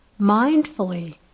Mindfully